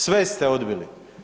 Sve ste odbili.